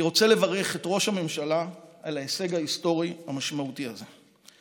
אני רוצה לברך את ראש הממשלה על ההישג ההיסטורי המשמעותי הזה.